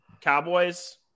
Cowboys